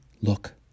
Look